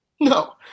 No